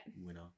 winner